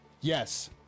Yes